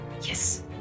Yes